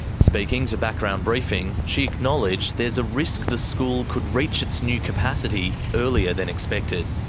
speaking to background briefing, she acknowledged there's a risk the school could reach its new capacity earlier than expected.